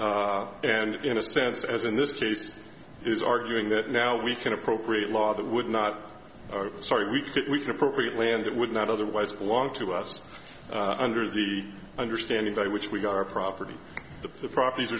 and in a sense as in this case is arguing that now we can appropriate law that would not sorry we could we can appropriate land that would not otherwise along to us under the understanding by which we got our property the properties